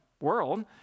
world